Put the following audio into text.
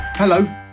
Hello